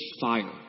fire